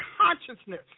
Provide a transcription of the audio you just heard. consciousness